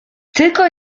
tylko